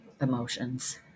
emotions